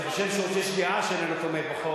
אני חושב שהוא עושה שגיאה שהוא איננו תומך בחוק,